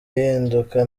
ihinduka